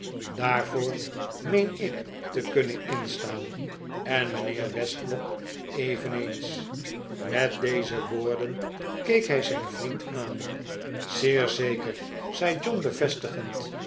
daarvoor meen ik te kunnen instaan en mijnheer westlock even eens met deze woorden keek hij zijn vriend aan zeer zeker zei john bevestigend